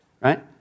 Right